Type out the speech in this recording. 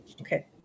okay